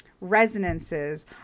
resonances